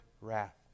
wrath